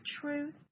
truth